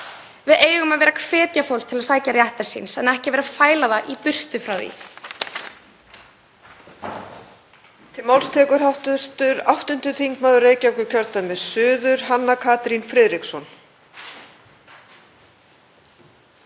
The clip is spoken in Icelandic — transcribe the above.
Við eigum að hvetja fólk til að leita réttar síns en ekki að fæla það í burtu frá því.